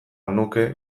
nuke